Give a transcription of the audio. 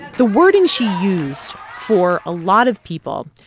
the wording she used, for a lot of people,